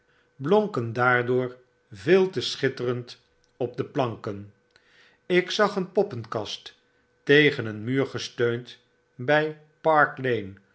blonken daardoor veel te schitterend op de planken ik zag een poppenkast tegen een muur gesteund by